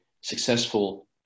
successful